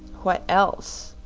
what else?